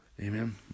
Amen